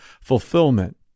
fulfillment